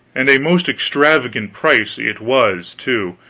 and a most extravagant price it was, too,